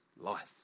life